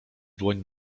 dłoń